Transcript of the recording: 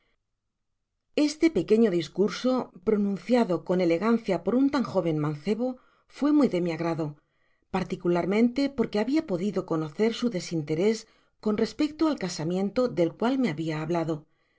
este pequeño discurso pronunciado con elegancia por un tan jóven mancebo fué muy de mi agrado particularmente porque habia podido conocer su desinterés con respecto al casamiento del cual me habia hablado le